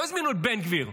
לא הזמינו את בן גביר,